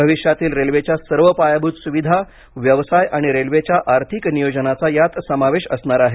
भविष्यातील रेल्वेच्या सर्व पायाभूत सुविधा व्यवसाय आणि रेल्वेच्या आर्थिक नियोजनाचा यात समावेश असणार आहे